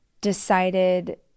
decided